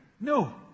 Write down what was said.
No